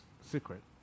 secret